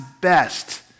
best